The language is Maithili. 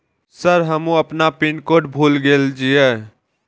सर हमू अपना पीन कोड भूल गेल जीये?